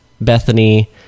Bethany